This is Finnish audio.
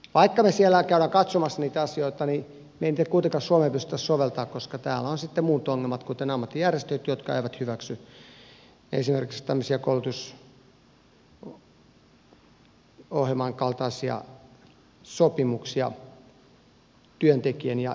vaikka me siellä käymme katsomassa niitä asioita niin me emme niitä kuitenkaan suomeen pysty soveltamaan koska täällä on sitten muut ongelmat kuten ammattijärjestöt jotka eivät hyväksy esimerkiksi tämmöisiä koulutusohjelman kaltaisia sopimuksia työntekijän ja yrittäjän välillä